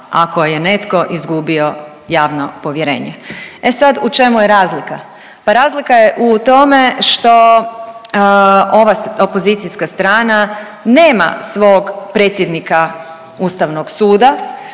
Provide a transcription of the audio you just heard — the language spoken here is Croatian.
povjerenje. javno povjerenje. E sad u čemu je razlika? Pa razlika je u tome što ova opozicijska strana nema svog predsjednika Ustavnog suda